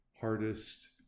hardest